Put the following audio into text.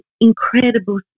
incredible